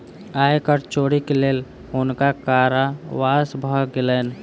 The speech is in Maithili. आय कर चोरीक लेल हुनका कारावास भ गेलैन